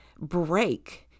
break